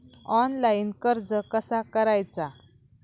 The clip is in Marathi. ऑनलाइन कर्ज कसा करायचा?